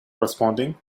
responding